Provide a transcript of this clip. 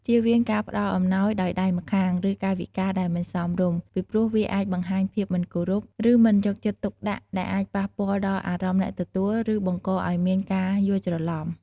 ជៀសវាងការផ្តល់អំណោយដោយដៃម្ខាង ឬកាយវិការដែលមិនសមរម្យ ពីព្រោះវាអាចបង្ហាញភាពមិនគោរព ឬមិនយកចិត្តទុកដាក់ ដែលអាចប៉ះពាល់ដល់អារម្មណ៍អ្នកទទួល ឬបង្កឲ្យមានការយល់ច្រឡំ។